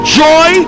joy